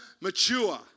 mature